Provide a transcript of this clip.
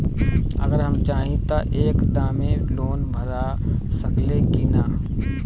अगर हम चाहि त एक दा मे लोन भरा सकले की ना?